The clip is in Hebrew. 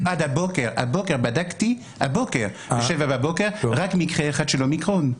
הבוקר בדקתי, רק מקרה אחד של אומיקרון.